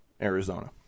arizona